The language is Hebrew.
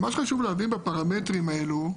מה שחשוב להבין בפרמטרים האלה,